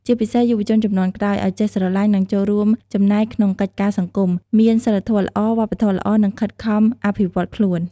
ជាពិសេស យុវជនជំនាន់ក្រោយ ឱ្យចេះស្រឡាញ់ និងចូលរួមចំណែកក្នុងកិច្ចការសង្គម មានសីលធម៌ល្អ វប្បធម៌ល្អ និងខិតខំអភិវឌ្ឍខ្លួន។